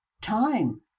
time